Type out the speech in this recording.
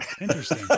interesting